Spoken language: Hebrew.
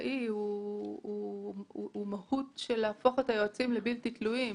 הבנקאי היא להפוך את היועצים לבלתי תלויים,